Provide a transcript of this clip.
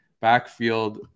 backfield